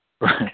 right